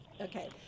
Okay